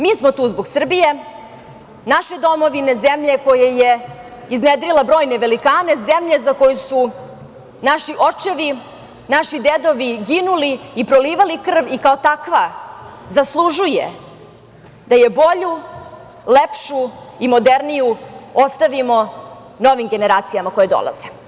Mi smo tu zbog Srbije, naše domovine, zemlje koja je iznedrila brojne velikane, zemlje za koju su naši očevi, naši dedovi ginuli i prolivali krv i kao takva zaslužuje da je bolju, lepšu i moderniju ostavimo novim generacijama koje dolaze.